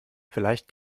vielleicht